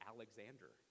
Alexander